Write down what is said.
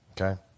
Okay